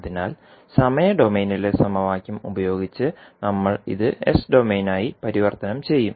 അതിനാൽ സമയ ഡൊമെയ്നിലെ സമവാക്യം ഉപയോഗിച്ച് നമ്മൾ ഇത് എസ് ഡൊമെയ്നായി പരിവർത്തനം ചെയ്യും